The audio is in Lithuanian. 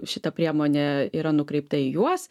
šita priemonė yra nukreipta į juos